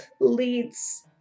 leads